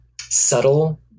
subtle